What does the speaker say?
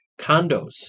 condos